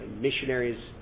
missionaries